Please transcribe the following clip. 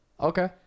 Okay